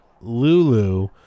Lulu